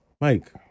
Mike